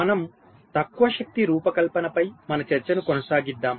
మనము తక్కువ శక్తి రూపకల్పనపై మన చర్చను కొనసాగిద్దాం